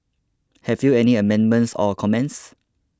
have you any amendments or comments